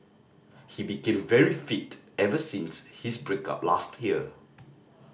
he became very fit ever since his break up last year